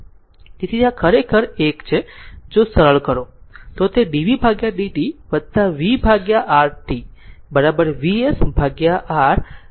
તેથી આ ખરેખર આ એક છે જો સરળ કરો તો તે dvdt vRc VsRc ut છે